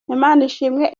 imanishimwe